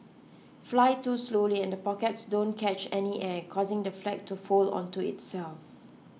fly too slowly and the pockets don't catch any air causing the flag to fold onto itself